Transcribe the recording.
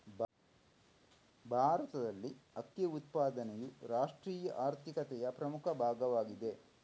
ಭಾರತದಲ್ಲಿ ಅಕ್ಕಿ ಉತ್ಪಾದನೆಯು ರಾಷ್ಟ್ರೀಯ ಆರ್ಥಿಕತೆಯ ಪ್ರಮುಖ ಭಾಗವಾಗಿದೆ